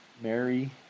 Mary